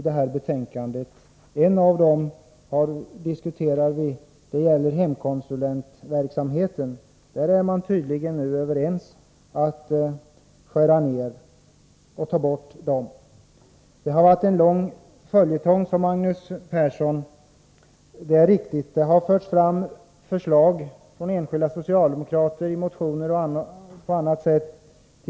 Det gäller bl.a. hemkonsulentverksamheten, där man nu tydligen är överens om att skära ned eller ta bort dessa tjänster. Det är riktigt att det har varit en lång följetong, som Magnus Persson sade. Det har flera gånger förts fram förslag från enskilda socialdemokrater i motioner och på annat sätt.